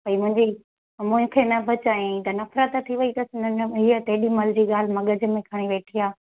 भाई मुंहिंजी मूंखे न बचायईं त नफ़िरत थी वई अथसि हिनसां हीअ तेॾीमहिल जी ॻाल्हि मगज़ में खणी वेठी आहे